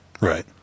Right